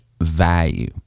value